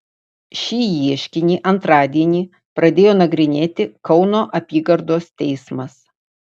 šį ieškinį antradienį pradėjo nagrinėti kauno apygardos teismas